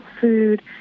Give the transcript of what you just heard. food